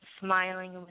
smiling